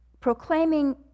proclaiming